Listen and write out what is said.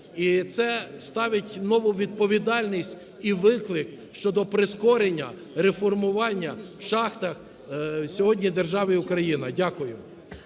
І це ставить нову відповідальність і виклик щодо прискорення реформування в шахтах сьогодні в державі Україна. Дякую.